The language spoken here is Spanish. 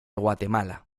guatemala